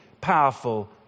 powerful